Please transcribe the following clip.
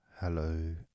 Hello